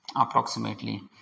approximately